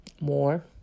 more